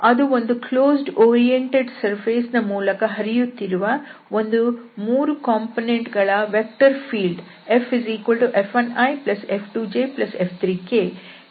ಅದು ಒಂದು closed oriented surface ನ ಮೂಲಕ ಹರಿಯುತ್ತಿರುವ ಒಂದು 3 ಕಂಪೋನೆಂಟ್ ಗಳ ವೆಕ್ಟರ್ ಫೀಲ್ಡ್ FF1iF2jF3k ನ ಹರಿಯುವಿಕೆ